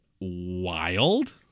wild